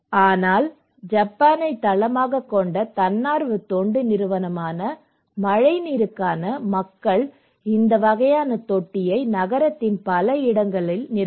ஆனால் ஜப்பானை தளமாகக் கொண்ட தன்னார்வ தொண்டு நிறுவனமான மழைநீருக்கான மக்கள் இந்த வகையான தொட்டியை நகரத்தின் பல இடங்களில் நிறுவினர்